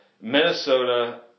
Minnesota